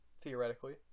Theoretically